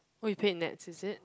oh you paid Nets is it